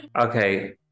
okay